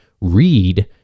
Read